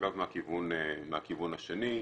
אגב מהכיוון השני,